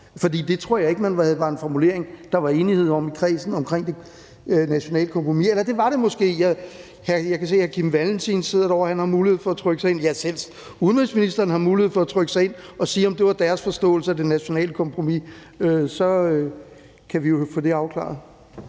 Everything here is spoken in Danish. For det tror jeg ikke var en formulering, der var enighed om i kredsen omkring det nationale kompromis. Det var det måske. Jeg kan se, at hr. Kim Valentin sidder derovre, og han har mulighed for at trykke sig ind. Og ja, selv udenrigsministeren har mulighed for at trykke sig ind og sige, om det var deres forståelse af det nationale kompromis. Så kan vi jo få det afklaret.